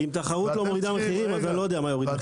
אם תחרות לא מורידה מחירים, אני לא יודע מה כן.